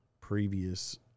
previous